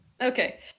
Okay